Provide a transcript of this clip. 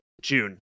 June